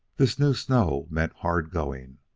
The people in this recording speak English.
this new snow meant hard going.